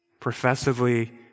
professively